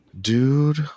Dude